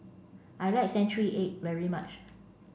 I like century egg very much